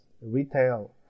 retail